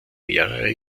mehrere